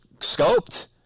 scoped